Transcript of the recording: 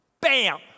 Bam